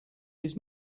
his